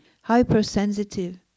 hypersensitive